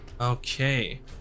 Okay